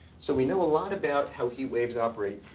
so we know a lot about how heat waves operate,